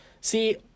See